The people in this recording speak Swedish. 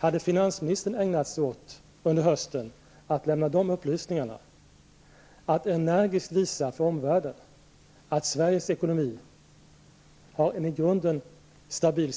Hade finansministern under hösten ägnat sig åt att lämna de upplysningarna, att energiskt visa omvärlden att Sveriges ekonomi är i grunden stabil,